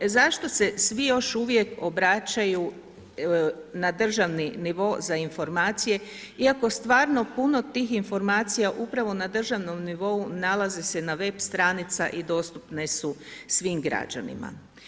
Zašto se svi još uvijek obraćaju na državni nivo za informacije iako stvarno puno tih informacija upravo na državnom nivou nalazi se na web stranica i dostupne su svim građanima?